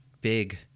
big